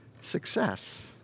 success